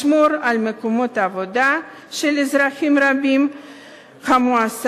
לשמור על מקומות העבודה של אזרחים רבים המועסקים